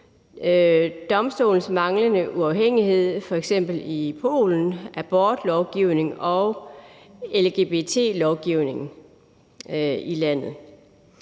domstolenes manglende uafhængighed, f.eks. i Polen med hensyn til abortlovgivningen og lgbt-lovgivningen i landet.